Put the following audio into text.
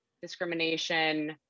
discrimination